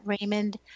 Raymond